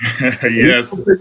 Yes